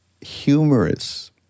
humorous